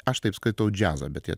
aš taip skaitau džiazą bet jie